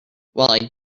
well—i